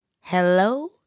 Hello